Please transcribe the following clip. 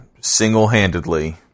single-handedly